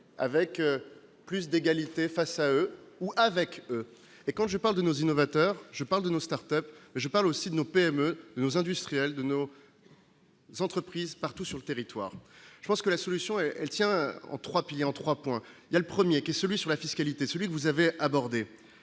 avec plus d'égalité face à eux, ou avec, et quand je parle de nos innovateur, je parle de nos Start-Up, je parle aussi de nos PME, nos industriels de nos. Entreprises partout sur le territoire, je pense que la solution, elle tient en 3 piliers en 3 points, il y a le 1er qui celui sur la fiscalité, celui que vous avez abordé